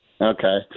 Okay